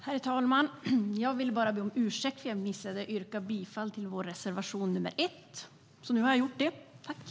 Herr talman! Jag vill be om ursäkt för att jag missade att yrka bifall till vår reservation nr 1, vilket jag härmed gör.